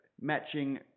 matching